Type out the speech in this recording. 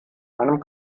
einem